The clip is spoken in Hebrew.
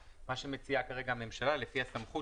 מה שמציעה כרגע הממשלה לפי הסמכות